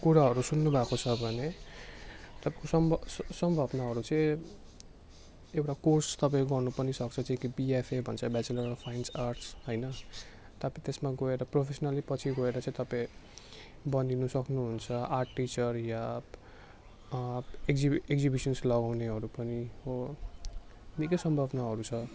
कुराहरू सुन्नुभएको छ भने तपाईँको सम्भाव सम्भावनाहरू चाहिँ एउटा कोर्स तपाईँ गर्नु पनि सक्छ जो कि बिएफए भन्छ बेचेलर अफ फाइन्स आर्ट्स होइन तपाईँ त्यसमा गएर प्रोफेसनली पछि गएर चाहिँ तपाईँ बनिनु सक्नुहुन्छ आर्ट् टिचर या एक्जि एक्जिबिसन्स लगाउनेहरू पनि हो निकै सम्भावनाहरू छ